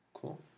Cool